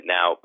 Now